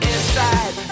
Inside